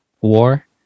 war